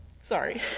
sorry